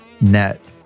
net